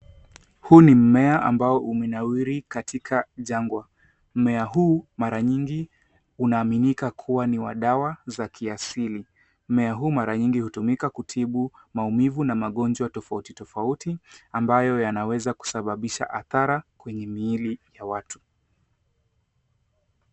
Huu ni mmea ambao umenawiri katika jangwa. Mmea huu mara nyingi unaaminika kuwa ni wa dawa za kiasili. Mmea huu mara nyingi hutumika kutibu maumivu na magonjwa tofauti tofauti ambayo yanaweza kusababisha adhara kwenye miili ya watu.